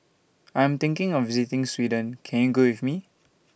I'm thinking of visiting Sweden Can YOU Go with Me